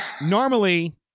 normally